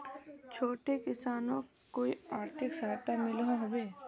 छोटो किसानोक कोई आर्थिक सहायता मिलोहो होबे?